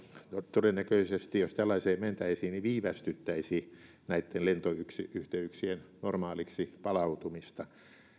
todennäköisesti jos tällaiseen mentäisiin viivästyttäisi näitten lentoyhteyksien normaaliksi palautumista